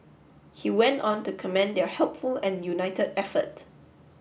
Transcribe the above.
he went on to commend their helpful and unit effort